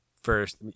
first